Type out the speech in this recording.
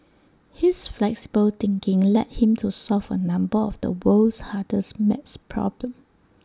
his flexible thinking led him to solve A number of the world's hardest math problems